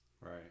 right